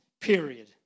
Period